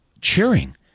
cheering